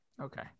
Okay